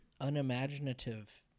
unimaginative